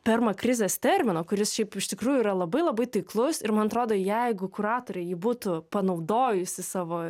termakrizės termino kuris šiaip iš tikrųjų yra labai labai taiklus ir man atrodo jeigu kuratorė jį būtų panaudojusi savo